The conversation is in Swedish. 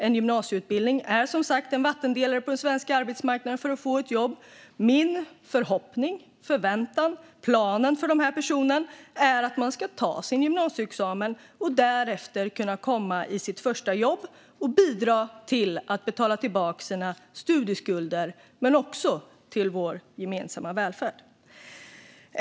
En gymnasieutbildning är som sagt en vattendelare på den svenska arbetsmarknaden för att få ett jobb. Min förhoppning, förväntan och plan för de här personerna är att de ska ta sin gymnasieexamen och därefter kunna komma i sitt första jobb och bidra till att betala tillbaka sina studieskulder men även bidra till vår gemensamma välfärd.